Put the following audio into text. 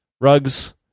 rugs